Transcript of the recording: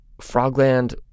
Frogland